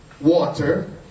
water